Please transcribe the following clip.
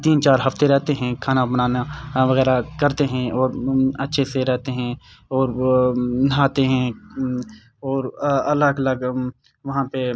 تین چار ہفتے رہتے ہیں کھانا بنانا وغیرہ کرتے ہیں اور اچھے سے رہتے ہیں اور نہاتے ہیں اور الگ الگ وہاں پہ